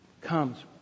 comes